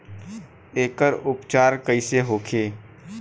एकर उपचार कईसे होखे?